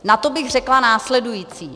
Na to bych řekla následující.